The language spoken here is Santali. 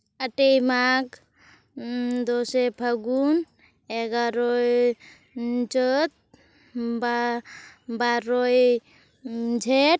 ᱟᱴᱮᱭ ᱢᱟᱜᱽ ᱫᱚᱥᱮᱭ ᱯᱷᱟᱹᱜᱩᱱ ᱮᱜᱟᱨᱳᱭ ᱪᱟᱹᱛ ᱵᱟᱨᱳᱭ ᱡᱷᱮᱸᱴ